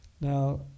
Now